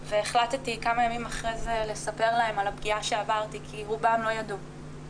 והחלטתי כמה ימים אחרי זה לספר להם על הפגיעה שעברתי כי רובם לא ידעו.